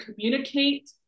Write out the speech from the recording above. communicate